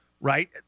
right